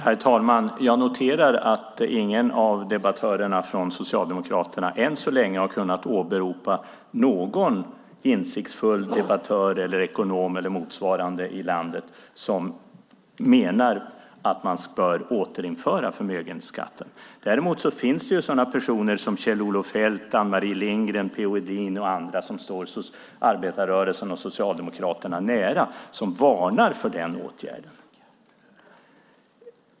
Herr talman! Jag noterar att ingen av debattörerna från Socialdemokraterna än så länge har kunnat åberopa någon insiktsfull debattör, ekonom eller motsvarande i landet som menar att man bör återinföra förmögenhetsskatten. Däremot finns det sådana personer som Kjell-Olof Feldt, Anne-Marie Lindgren, P-O Edin och andra som står arbetarrörelsen och Socialdemokraterna nära som varnar för den åtgärden.